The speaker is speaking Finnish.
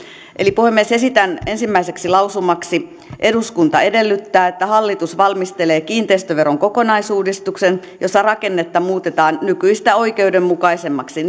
eli puhemies esitän ensimmäiseksi lausumaksi eduskunta edellyttää että hallitus valmistelee kiinteistöveron kokonaisuudistuksen jossa rakennetta muutetaan nykyistä oikeudenmukaisemmaksi